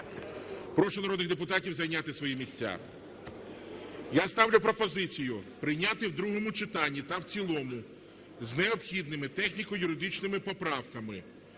Прошу народних депутатів зайняти свої місця. Я ставлю пропозицію прийняти у другому читанні та в цілому з необхідними техніко-юридичними поправками